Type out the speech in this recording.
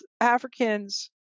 Africans